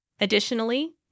Additionally